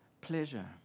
pleasure